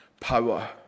power